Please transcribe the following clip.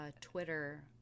Twitter